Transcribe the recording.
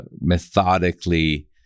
methodically